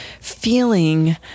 feeling